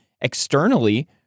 externally